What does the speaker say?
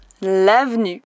l'avenue